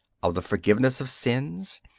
of the forgiveness of sins,